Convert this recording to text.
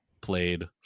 played